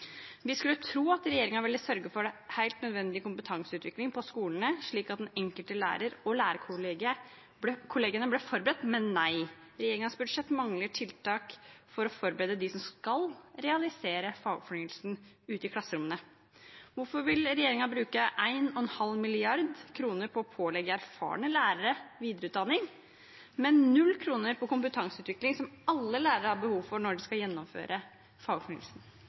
Vi skulle tro at regjeringen ville sørge for den helt nødvendige kompetanseutviklingen på skolene, slik at den enkelte lærer og lærerkollegiene ble forberedt, men nei. Regjeringens budsjett mangler tiltak for å forberede dem som skal realisere fagfornyelsen ute i klasserommene. Hvorfor vil regjeringen bruke 1,5 mrd. kr på å pålegge erfarne lærere videreutdanning, men null kroner på kompetanseutvikling som alle lærere har behov for når de skal gjennomføre